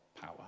power